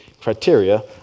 criteria